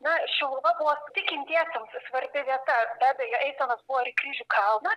na šiluva buvo tikintiesimes svarbi vieta be abejo eisenos buvo ir į kryžių kalną